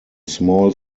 small